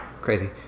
crazy